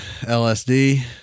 LSD